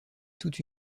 toute